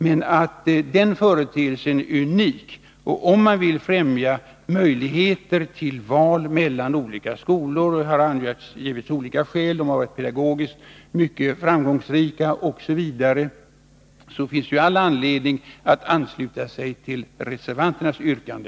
Denna företeelse är unik. Om man vill främja möjligheter till val mellan olika skolor — det har angivits olika skäl till att de pedagogiskt varit mycket framgångsrika — så finns det, herr talman, all anledning att ansluta sig till reservanternas yrkande.